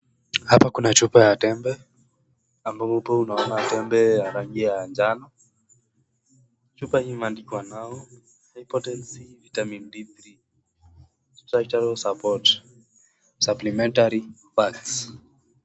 hapa kuna chupa ya tembe ambao upo unaona tembe ya rangi ya njano chupa hii imeandikwa importence vitamin 3d support suplementary bags.